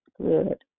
Good